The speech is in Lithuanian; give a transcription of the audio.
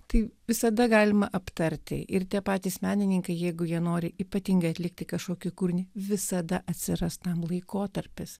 tai visada galima aptarti ir tie patys menininkai jeigu jie nori ypatingai atlikti kažkokį kūrinį visada atsiras tam laikotarpis